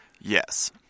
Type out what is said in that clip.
Yes